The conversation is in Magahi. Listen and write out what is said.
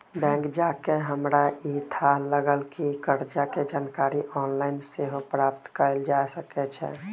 बैंक जा कऽ हमरा इ थाह लागल कि कर्जा के जानकारी ऑनलाइन सेहो प्राप्त कएल जा सकै छै